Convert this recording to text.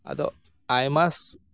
ᱟᱫᱚ ᱟᱭᱢᱟ